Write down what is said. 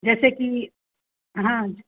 जैसे कि हाँ